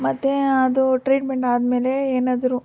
ಮತ್ತು ಅದು ಟ್ರೀಟ್ಮೆಂಟ್ ಆದ ಮೇಲೆ ಏನಾದ್ರೂ